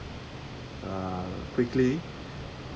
uh quickly